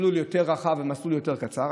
מסלול יותר רחב ומסלול יותר קצר.